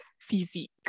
physique